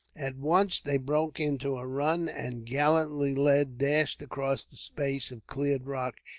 at once they broke into a run, and, gallantly led, dashed across the space of cleared rock,